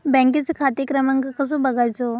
बँकेचो खाते क्रमांक कसो बगायचो?